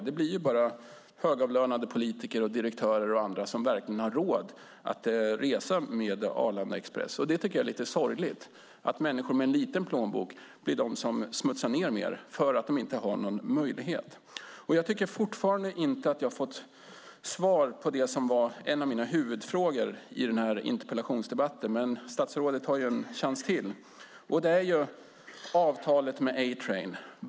Det blir bara högavlönade politiker och direktörer exempelvis som verkligen har råd att resa med Arlanda Express. Det är lite sorgligt att människor med liten plånbok blir de som smutsar ned mer därför att de inte har någon möjlighet i sammanhanget. Fortfarande tycker jag inte att jag har fått svar på det som var en av mina huvudfrågor i den här interpellationsdebatten, men statsrådet har en chans till. Det gäller avtalet med A-Train.